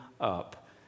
up